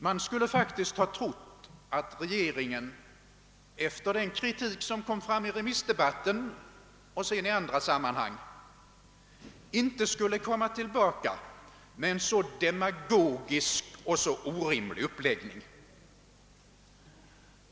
Man skulle faktiskt ha trott att regering en, efter den kritik som framfördes under remissdebatten och sedan också i andra sammanhang, inte skulle komma tillbaka med en så demagogisk och så orimlig uppläggning.